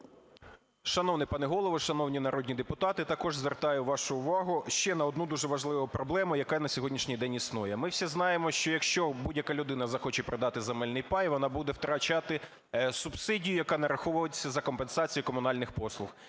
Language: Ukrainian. Шановний пане Голово, шановні народні депутати, також звертаю вашу увагу ще на одну дуже важливу проблему, яка на сьогоднішній день існує. Ми всі знаємо, що якщо будь-яка людина захоче продати земельний пай, вона буде втрачати субсидію, яка нараховується за компенсацію комунальних послуг.